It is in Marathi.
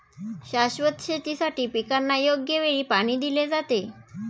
शाश्वत शेतीसाठी पिकांना योग्य वेळी पाणी दिले जाते